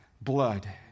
blood